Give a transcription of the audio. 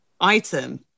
item